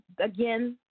Again